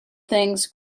things